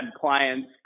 clients